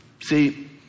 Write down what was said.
See